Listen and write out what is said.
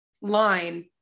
line